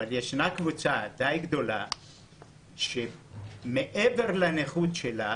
אבל ישנה קבוצה די גדולה שמעבר לנכות שלה